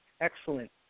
Excellent